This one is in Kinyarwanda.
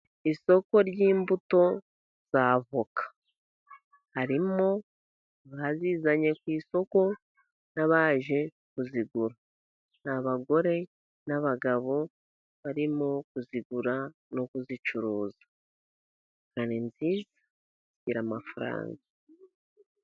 Isoko ry'imbuto z'avoka, harimo abazizanye ku isoko n'abaje kuzigura, ni abagore n'abagabo barimo kuzigura no kuzicuruza, voka ni nziza zigira amafaranga.